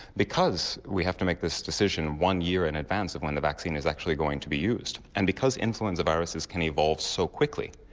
because we have to make this decision one year in advance of when the vaccine is actually going to be used, and because influenza viruses can evolve so quickly,